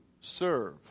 serve